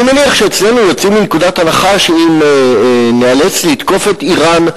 אני מניח שאצלנו יוצאים מנקודת הנחה שאם ניאלץ לתקוף את אירן,